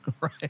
right